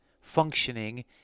functioning